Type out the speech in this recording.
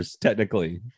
technically